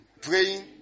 Praying